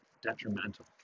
detrimental